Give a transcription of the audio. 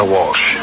Walsh